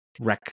wreck